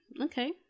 okay